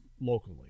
locally